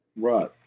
Right